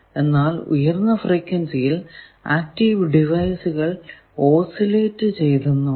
എന്നാൽ ഉയർന്ന ഫ്രീക്വൻസിയിൽ ആക്റ്റീവ് ഡിവൈസുകൾ ഓസിലേറ്റ് ചെയ്തെന്നു വരാം